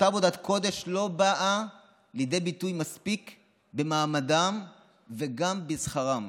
אותה עבודת קודש לא באה לידי ביטוי מספיק במעמדם וגם בשכרם,